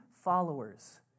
followers